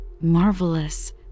Marvelous